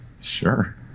Sure